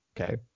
Okay